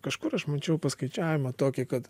kažkur aš mačiau paskaičiavimą tokį kad